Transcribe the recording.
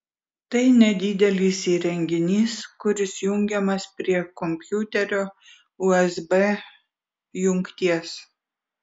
tai nedidelis įrenginys kuris jungiamas prie kompiuterio usb jungties